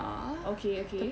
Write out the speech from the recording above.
okay okay